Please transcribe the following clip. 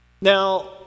Now